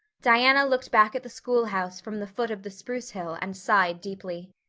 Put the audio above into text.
diana looked back at the schoolhouse from the foot of the spruce hill and sighed deeply.